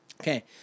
Okay